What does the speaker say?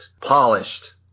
polished